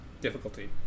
difficulty